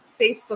Facebook